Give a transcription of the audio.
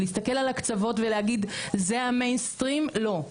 להסתכל על הקצוות ולהגיד, זה המיינסטרים, לא.